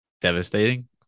devastating